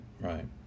right